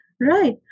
Right